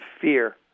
fear